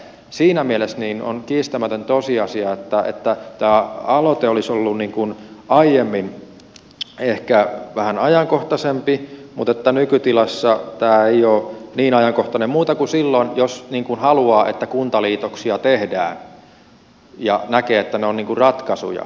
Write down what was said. siinä mielessä on kiistämätön tosiasia että tämä aloite olisi ollut aiemmin ehkä vähän ajankohtaisempi mutta nykytilassa tämä ei ole niin ajankohtainen muuta kuin silloin jos haluaa että kuntaliitoksia tehdään ja näkee että ne ovat ratkaisuja